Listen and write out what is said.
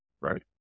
right